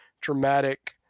dramatic